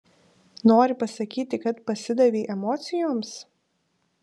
nori pasakyti kad pasidavei emocijoms